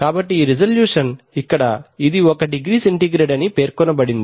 కాబట్టి ఈ రిజల్యూషన్ ఇక్కడ ఇది ఒక డిగ్రీ సెంటీగ్రేడ్ అని పేర్కొనబడింది